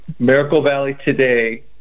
miraclevalleytoday